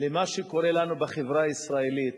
למה שקורה לנו בחברה הישראלית,